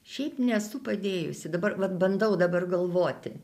šiaip nesu padėjusi dabar vat bandau dabar galvoti